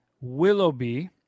Willoughby